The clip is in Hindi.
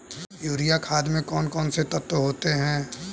यूरिया खाद में कौन कौन से तत्व होते हैं?